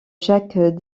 jacques